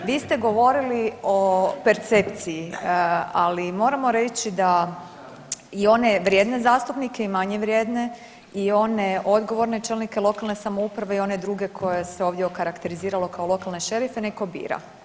Vi ste govorili o percepciji, ali moramo reći da i one vrijedne zastupnike i manje vrijedne i one odgovorne čelnike lokalne samouprave i one druge koje se ovdje se okarakteriziralo kao lokalne šerife neko bira.